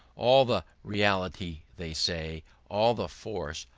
all the reality, they say, all the force,